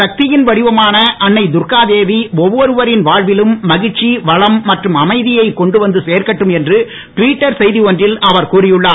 சக்தியின் வடிவமான அன்னை துர்க்கா தேவி ஒவ்வொருவரின் வாழ்விலும் மகிழ்ச்சி வளம் மற்றும் அமைதியை கொண்டுவந்து சேர்க்கட்டும் என்று டுவிட்டர் செய்தி ஒன்றில் அவர் கூறியுள்ளார்